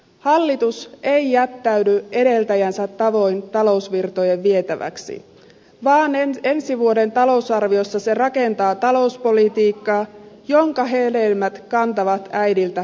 hallitus ei jättäydy edeltäjänsä tavoin talousvirtojen vietäväksi vaan ensi vuoden talousarviossa se rakentaa talouspolitiikkaa jonka hedelmät kantavat äidiltä tyttärelle